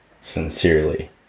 sincerely